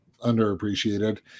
underappreciated